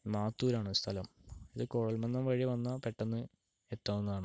മാത്തൂരാണ് സ്ഥലം ഇത് കൊഴൽമന്നം വഴി വന്നാൽ പെട്ടന്ന് എത്താവുന്നതാണ്